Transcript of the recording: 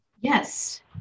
Yes